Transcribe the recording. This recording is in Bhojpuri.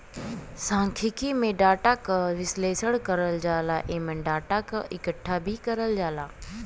सांख्यिकी में डाटा क विश्लेषण करल जाला एमन डाटा क इकठ्ठा भी करल जाला